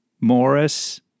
Morris